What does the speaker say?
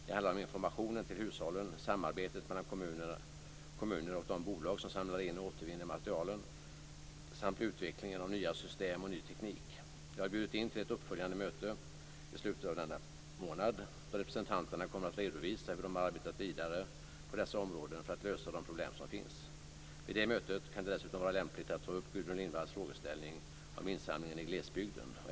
Det handlar om informationen till hushållen, samarbetet mellan kommuner och de bolag som samlar in och återvinner materialen samt utvecklingen av nya system och ny teknik. Jag har bjudit in till ett uppföljande möte i slutet av denna månad då representanterna kommer att redovisa hur de har arbetat vidare på dessa områden för att lösa de problem som finns. Vid det mötet kan det dessutom vara lämpligt att ta upp Gudrun Lindvalls frågeställning om insamlingen i glesbygden.